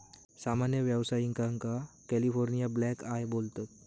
सामान्य व्यावसायिकांका California blackeye बोलतत